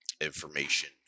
information